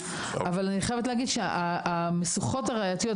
אבל אני חייבת להגיד שהמשוכות הראייתיות,